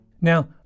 Now